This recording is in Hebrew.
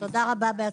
תודה רבה בהצלחה,